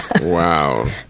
Wow